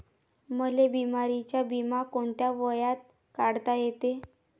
मले बिमारीचा बिमा कोंत्या वयात काढता येते?